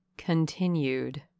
continued